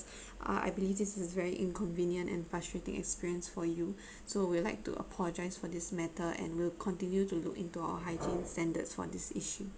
I I believe this is very inconvenient and frustrating experience for you so we'd like to apologise for this matter and will continue to look into our hygiene standards for this issue